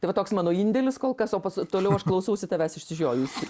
tai va toks mano indėlis kol kas o toliau aš klausausi tavęs išsižiojusi